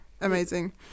Amazing